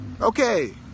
okay